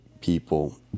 people